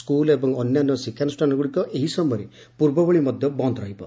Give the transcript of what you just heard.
school ଏବଂ ଅନ୍ୟାନ୍ୟ ଶିକ୍ଷାନୁଷ୍ଠାନଗୁଡ଼ିକ ଏହି ସମୟରେ ପୂର୍ବଭଳି ମଧ୍ୟ ବନ୍ଦ ରହିବ